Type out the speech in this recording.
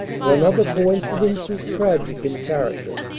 one other coincidence is tragic in character.